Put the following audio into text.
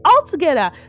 Altogether